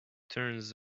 turns